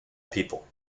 people